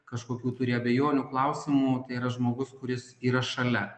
kažkokių turi abejonių klausimų tai yra žmogus kuris yra šalia